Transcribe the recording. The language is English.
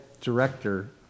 director